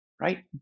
right